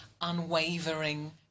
unwavering